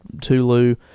Tulu